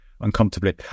uncomfortably